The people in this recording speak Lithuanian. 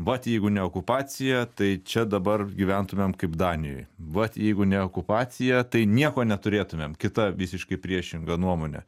vat jeigu ne okupacija tai čia dabar gyventumėm kaip danijoj vat jeigu ne okupacija tai nieko neturėtumėm kita visiškai priešinga nuomonė